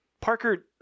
Parker